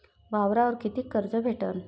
वावरावर कितीक कर्ज भेटन?